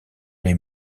les